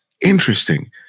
interesting